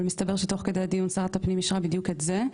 אבל מסתבר שתוך כדי הדיון שרת הפנים אישרה בדיוק את זה.